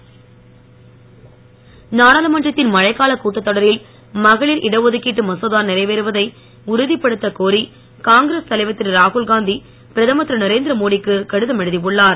ராகுல்காந்தி நாடாளுமன்றத்தின் மழைக்காலக் கூட்டத் தொடரில் மகளிர் இடஒதுக்கீட்டு மசோதா நிறைவேறுவதை உறுதிப்படுத்தக் கோரி காங்கிரஸ் தலைவர் திரு ராகுல்காந்தி பிரதமர் திரு நரேந்திரமோடிக்கு கடிதம் எழுதி உள்ளார்